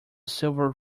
silver